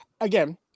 Again